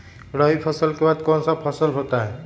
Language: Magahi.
रवि फसल के बाद कौन सा फसल होता है?